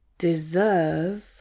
Deserve